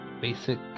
basic